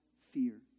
fear